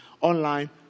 online